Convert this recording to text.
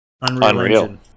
Unreal